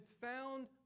found